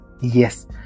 Yes